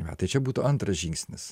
na tai čia būtų antras žingsnis